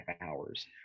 hours